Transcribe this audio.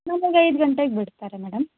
ಮಾಮೂಲಿ ಐದು ಗಂಟೆಗೆ ಬಿಡ್ತಾರೆ ಮೇಡಮ್